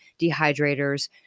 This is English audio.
dehydrators